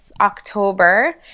October